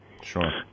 Sure